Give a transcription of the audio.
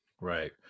right